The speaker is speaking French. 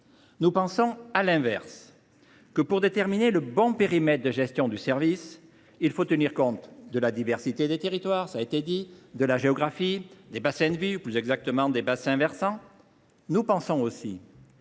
Nous pensons, à l’inverse, que pour déterminer le bon périmètre de gestion des services il faut tenir compte de la diversité des territoires, de leur géographie, des bassins de vie et plus encore des bassins versants. Il faut